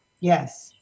Yes